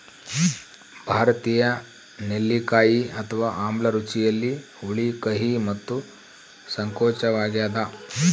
ಭಾರತೀಯ ನೆಲ್ಲಿಕಾಯಿ ಅಥವಾ ಆಮ್ಲ ರುಚಿಯಲ್ಲಿ ಹುಳಿ ಕಹಿ ಮತ್ತು ಸಂಕೋಚವಾಗ್ಯದ